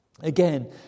Again